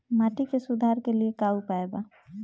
माटी के सुधार के लिए का उपाय बा?